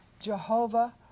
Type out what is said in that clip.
Jehovah